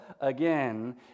again